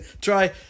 try